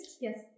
Yes